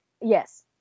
Yes